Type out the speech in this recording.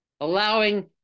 allowing